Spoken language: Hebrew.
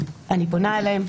אני פונה אליהם,